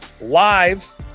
live